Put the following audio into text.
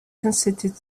considered